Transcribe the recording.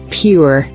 pure